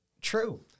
true